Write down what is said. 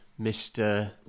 Mr